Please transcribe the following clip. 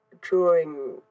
drawing